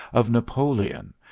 of napoleon,